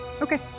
Okay